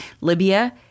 Libya